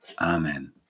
Amen